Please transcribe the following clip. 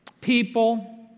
people